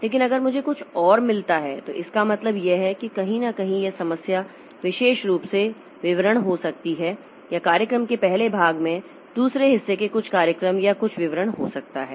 लेकिन अगर मुझे कुछ और मिलता है तो इसका मतलब यह है कि कहीं न कहीं यह समस्या विशेष रूप से विवरण हो सकती है या कार्यक्रम के पहले भाग में दूसरे हिस्से में कुछ कार्यक्रम या कुछ विवरण हो सकता है